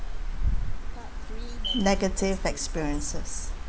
negative experiences